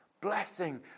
blessing